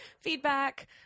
feedback